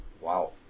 Wow